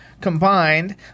combined